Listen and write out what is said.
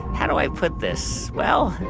how do i put this well,